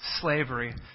slavery